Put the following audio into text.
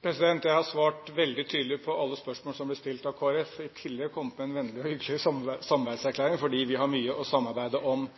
Jeg har svart veldig tydelig på alle spørsmål som er blitt stilt av Kristelig Folkeparti, og i tillegg kommet med en vennlig og hyggelig samarbeidserklæring fordi vi har mye å samarbeide om.